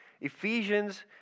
Ephesians